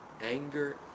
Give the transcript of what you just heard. Anger